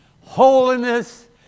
Holiness